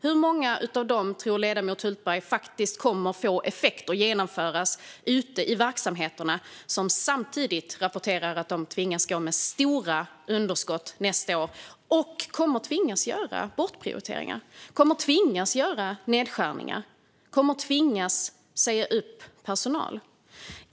Hur många av dem tror ledamoten Hultberg faktiskt kommer att genomföras och få effekt ute i verksamheterna? Dessa rapporterar ju samtidigt att de tvingas gå med stora underskott nästa år. De kommer att tvingas göra bortprioriteringar, tvingas göra nedskärningar och tvingas säga upp personal.